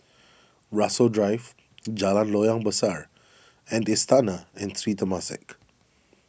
Rasok Drive Jalan Loyang Besar and Istana and Sri Temasek